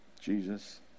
Jesus